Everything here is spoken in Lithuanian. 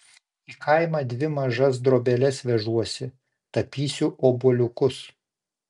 į kaimą dvi mažas drobeles vežuosi tapysiu obuoliukus